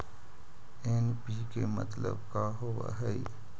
NPK मतलब का होव हइ?